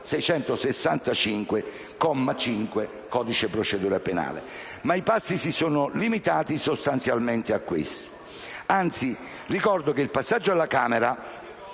del codice di procedura penale. I passi, però, si sono limitati sostanzialmente a questi; anzi, ricordo che il passaggio alla Camera